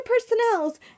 personnel's